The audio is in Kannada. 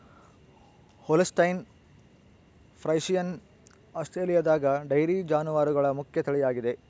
ಹೋಲ್ಸ್ಟೈನ್ ಫ್ರೈಸಿಯನ್ ಆಸ್ಟ್ರೇಲಿಯಾದಗ ಡೈರಿ ಜಾನುವಾರುಗಳ ಮುಖ್ಯ ತಳಿಯಾಗಿದೆ